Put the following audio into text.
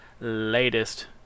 latest